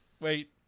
Wait